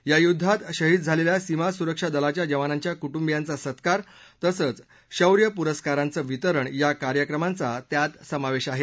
या युद्वात शहीद झालेल्या सीमा सुरक्षा दलाच्या जवानांच्या कुटुंबियांचा सत्कार तसंच शौर्य पुरस्कारांचं वितरण या कार्यक्रमांचा त्यात समावेश आहे